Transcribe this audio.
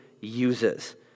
uses